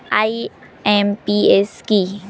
IMPS কি?